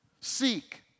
Seek